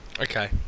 Okay